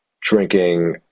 drinking